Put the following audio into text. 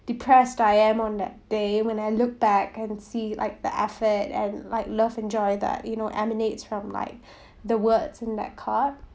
depressed I am on that day when I look back and see like the effort and like love and joy that you know emanates from like the words in that card